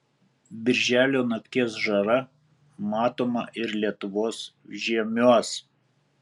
birželio nakties žara matoma ir lietuvos žiemiuos